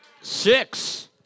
six